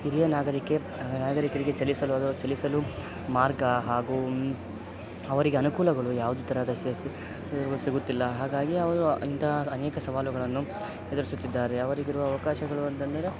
ಹಿರಿಯ ನಾಗರಿಕ ನಾಗರಿಕರಿಗೆ ಚಲಿಸಲು ಅಥವಾ ಚಲಿಸಲು ಮಾರ್ಗ ಹಾಗೂ ಅವರಿಗೆ ಅನುಕೂಲಗಳು ಯಾವ್ದೇ ತರಹದ ಸಿಗುತ್ತಿಲ್ಲ ಹಾಗಾಗಿ ಅವರು ಇಂತಹ ಅನೇಕ ಸವಾಲುಗಳನ್ನು ಎದುರಿಸುತ್ತಿದ್ದಾರೆ ಅವರಿಗಿರುವ ಅವಕಾಶಗಳು ಅಂತಂದರೆ